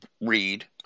read